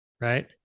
right